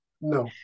no